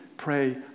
pray